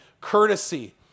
courtesy